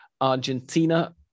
Argentina